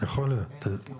המחוז העביר את התכנית